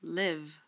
live